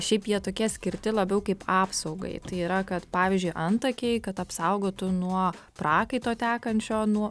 šiaip jie tokie skirti labiau kaip apsaugai tai yra kad pavyzdžiui antakiai kad apsaugotų nuo prakaito tekančio nuo